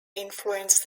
influenced